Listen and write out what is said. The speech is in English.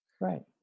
Right